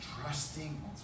trusting